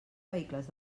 vehicles